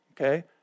Okay